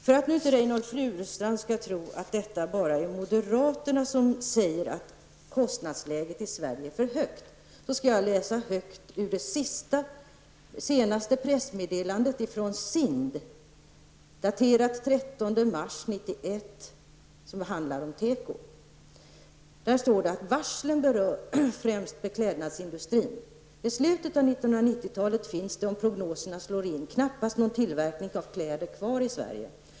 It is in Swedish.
För att Reynoldh Furustrand inte skall tro att det bara är moderaterna som talar om att kostnadsläget i Sverige är för högt skall jag här läsa upp vad som sägs i SINDs senaste pressmeddelande. Detta pressmeddelande är daterat den 13 mars 1991 och handlar om teko. Så här står det: ''Varslen berör främst beklädnadsindustrin. I slutet av 1990-talet finns det, om prognoserna slår in, knappast någon tillverkning av kläder kvar i Sverige.